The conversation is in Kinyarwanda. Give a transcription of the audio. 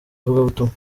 ivugabutumwa